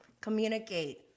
communicate